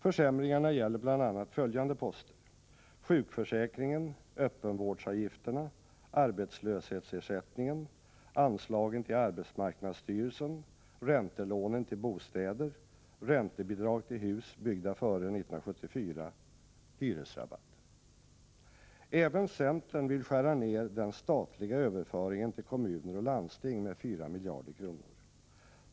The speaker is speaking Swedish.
Försämringarna gäller bl.a. följande poster: sjukförsäkringen, öppenvårdsavgifterna, arbetslöshetsersättningen, anslagen till arbetsmarknadsstyrelsen, räntelånen till bostäder, räntebidrag till hus byggda före 1974, hyresrabatter. Även centern vill skära ned den statliga överföringen till kommuner och landsting med 4 miljarder kronor.